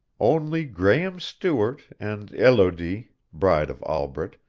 only graehme stewart and elodie, bride of albret,